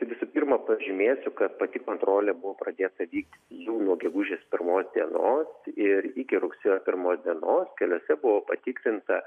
visų pirma pažymėsiu kad pati kontrolė buvo pradėta vykdyt jau nuo gegužės pirmos dienos ir iki rugsėjo pirmos dienos keliuose buvo patikrinta